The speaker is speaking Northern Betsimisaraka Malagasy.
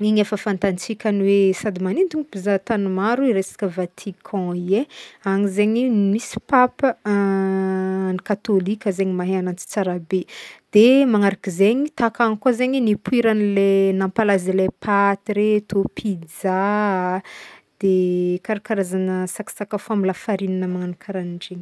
igny efa fantatsika ny hoe sady magnintogno mpizahatany maro hoe i resaka Vatican i e agny zegny no misy Pape katoôloka zegny mahe agnanjy tsara be, de manaraky zegny, takagny koa zegny nipoiran'ny le- nampalaza le paty reto, pizza, de karakarazana saka- sakafo amy lafarinina magnagno karaha ndregny.